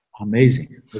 amazing